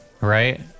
Right